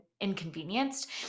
inconvenienced